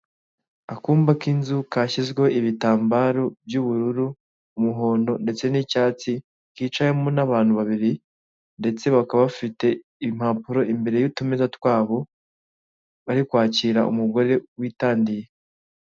Akumba k'inzu kashyizweho ibitambaro by'ubururu, umuhondo ndetse n'icyatsi, kicayemo n'abantu babiri ndetse bakaba bafite impapuro imbere y'utumeza twabo, bari kwakira umugore witandiye.